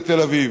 לתל אביב.